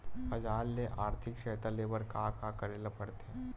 बजार ले आर्थिक सहायता ले बर का का करे ल पड़थे?